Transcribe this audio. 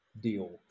deal